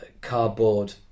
cardboard